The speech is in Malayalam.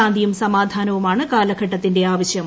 ശാന്തിയും സമാധാനവുമാണ് കാലഘട്ടത്തിന്റെ ആവശ്യം